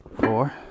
four